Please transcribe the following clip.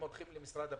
הם הולכים למשרד הפנים,